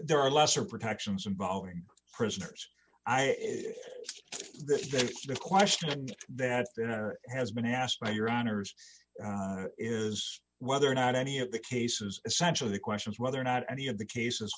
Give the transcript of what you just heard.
there are lesser protections involving prisoners this is the question that has been asked by your honour's is whether or not any of the cases essentially the question is whether or not any of the cases